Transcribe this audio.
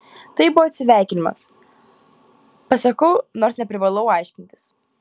tai buvo atsisveikinimas pasakau nors neprivalau aiškintis